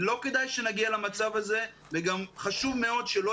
לא כדאי שנגיע למצב הזה וגם חשוב מאוד שלא